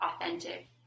authentic